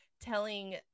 telling